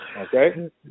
Okay